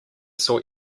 sort